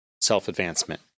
self-advancement